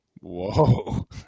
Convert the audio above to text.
Whoa